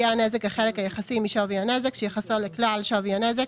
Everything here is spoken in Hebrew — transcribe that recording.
יהיה הנזק החלק היחסי משווי הנזק שיחסו לכלל שווי הנזק